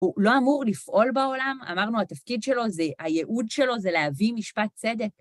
הוא לא אמור לפעול בעולם, אמרנו, התפקיד שלו זה, הייעוד שלו זה להביא משפט צדק.